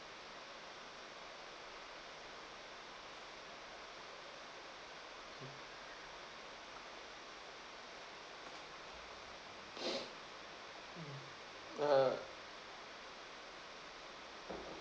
hmm mm uh